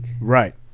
Right